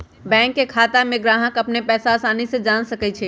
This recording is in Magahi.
बैंक के खाता में ग्राहक अप्पन पैसा असानी से जान सकई छई